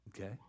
Okay